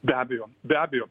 be abejo be abejo